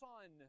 Son